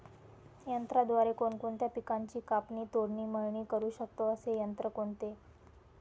यंत्राद्वारे कोणकोणत्या पिकांची कापणी, तोडणी, मळणी करु शकतो, असे यंत्र कोणते?